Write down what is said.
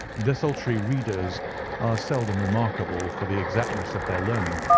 desultory readers are seldom remarkable for the exactness of their learning.